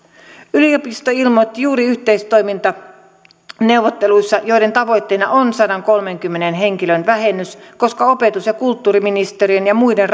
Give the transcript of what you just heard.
yliopisto ilmoitti juuri yhteistoimintaneuvotteluista joiden tavoitteena on sadankolmenkymmenen henkilön vähennys koska opetus ja kulttuuriministeriön ja muiden